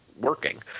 working